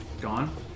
gone